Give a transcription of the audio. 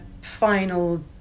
final